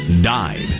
Died